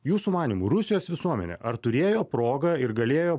jūsų manymu rusijos visuomenė ar turėjo progą ir galėjo